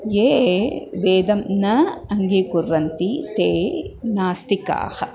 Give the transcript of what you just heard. ये वेदं न अङ्गीकुर्वन्ति ते नास्तिकाः